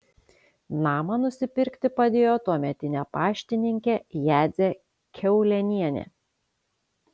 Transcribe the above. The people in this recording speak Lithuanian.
namą nusipirkti padėjo tuometinė paštininkė jadzė kiaulėnienė